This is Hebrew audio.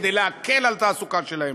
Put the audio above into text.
כדי להקל את התעסוקה שלהם,